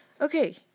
okay